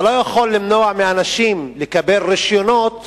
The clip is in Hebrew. אתה לא יכול למנוע מאנשים לקבל רשיונות